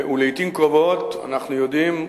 לעתים קרובות, אנחנו יודעים,